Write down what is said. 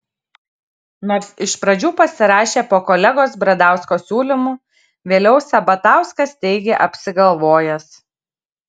nors iš pradžių pasirašė po kolegos bradausko siūlymu vėliau sabatauskas teigė apsigalvojęs